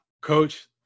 Coach